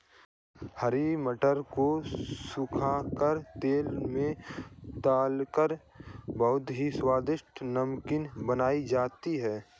हरे मटर को सुखा कर तेल में तलकर बहुत ही स्वादिष्ट नमकीन बनाई जाती है